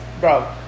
bro